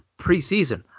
preseason